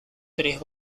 tres